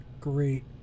great